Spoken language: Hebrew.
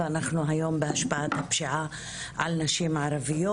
אנחנו היום בהשפעת הפשיעה על נשים ערביות.